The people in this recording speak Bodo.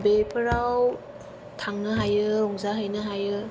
बेफोराव थांनो हायो रंजानो हायो